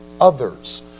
others